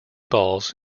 balls